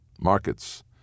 Markets